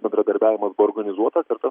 bendradarbiavimas buvo organizuotas ir tas